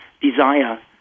desire